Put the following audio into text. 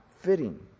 fitting